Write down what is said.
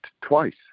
twice